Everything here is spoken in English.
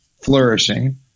flourishing